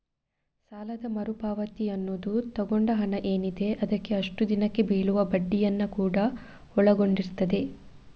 ಸಾಲದ ಮರು ಪಾವತಿ ಅನ್ನುದು ತಗೊಂಡ ಹಣ ಏನಿದೆ ಅದಕ್ಕೆ ಅಷ್ಟು ದಿನಕ್ಕೆ ಬೀಳುವ ಬಡ್ಡಿಯನ್ನ ಕೂಡಾ ಒಳಗೊಂಡಿರ್ತದೆ